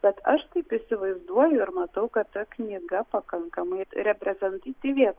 bet aš taip įsivaizduoju ir matau kad ta knyga pakankamai reprezentatyvi